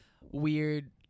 weird